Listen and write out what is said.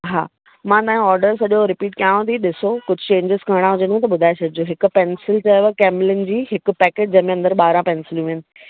हा माना ऑडर सॼो रिपीट कयांव थी ॾिसो कुझु चेंजेस करणा हुजनव त ॿुधाए छॾिजो हिकु पैंसिल चयो व कैमलिन जी हिकु पेकेट जंहिंमें अंदरु ॿारहं पैनसिलियूं आहिनि